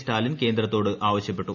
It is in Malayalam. സ്റ്റാലിൻ കേന്ദ്രത്തോട് ആവശ്യപ്പെട്ടു